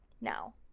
Now